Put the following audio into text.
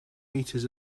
meters